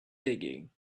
digging